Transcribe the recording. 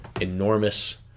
enormous